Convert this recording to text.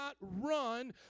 run